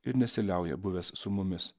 ir nesiliauja buvęs su mumis